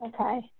Okay